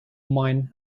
mine